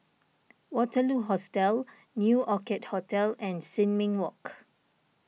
Waterloo Hostel New Orchid Hotel and Sin Ming Walk